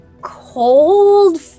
cold